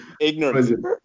ignorant